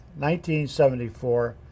1974